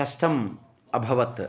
कष्टम् अभवत्